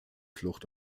flucht